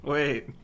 Wait